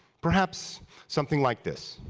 perhaps something like this,